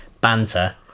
banter